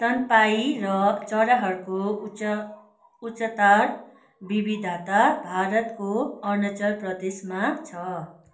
स्तनपायी र चराहरूको उच उच्चतर विविधाता भारतको अरुणाचल प्रदेशमा छ